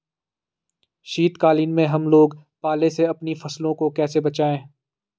शीतकालीन में हम लोग पाले से अपनी फसलों को कैसे बचाएं?